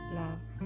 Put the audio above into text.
love